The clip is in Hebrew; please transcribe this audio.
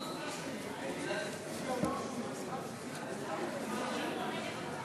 גם אני פה.